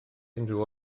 unrhyw